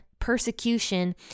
persecution